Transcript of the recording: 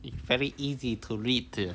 it's very easy to read here